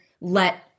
let